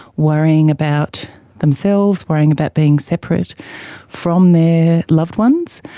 worrying about themselves, worrying about being separate from their loved ones.